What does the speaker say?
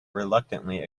reluctantly